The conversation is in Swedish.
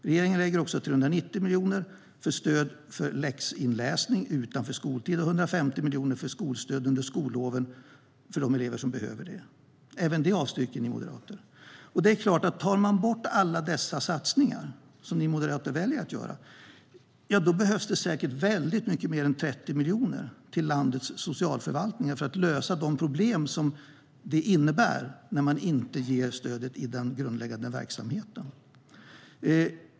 Regeringen lägger även 390 miljoner för stöd till läxläsning utanför skoltid och 150 miljoner för skolstöd under skolloven för elever som behöver det. Även detta avstyrker Moderaterna. Tar man bort alla dessa satsningar så som ni moderater väljer att göra, ja, då behövs det säkert väldigt mycket mer än 30 miljoner till landets socialförvaltningar för att lösa de problem som det innebär när man inte ger stöden i den grundläggande verksamheten.